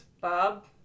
Bob